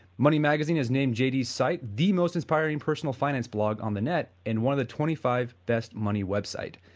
money magazine has named j d s site the most inspiring personal finance blog on the net and one of the twenty five best money website.